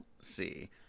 see